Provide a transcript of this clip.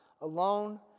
alone